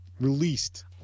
Released